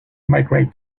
migrate